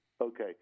Okay